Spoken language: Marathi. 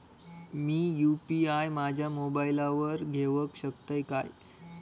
मी यू.पी.आय माझ्या मोबाईलावर घेवक शकतय काय?